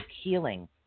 healing